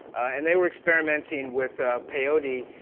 and they were experimenting with peyote.